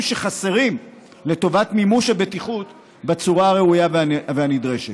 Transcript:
שחסרים לטובת מימוש הבטיחות בצורה הראויה והנדרשת.